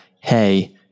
hey